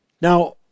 Now